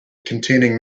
containing